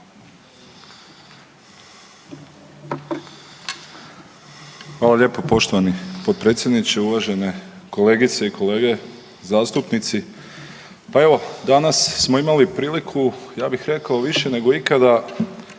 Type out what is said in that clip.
Hvala lijepo poštovani potpredsjedniče. Uvažene kolegice i kolege zastupnici. Pa evo danas smo imali priliku ja bih rekao više nego ikada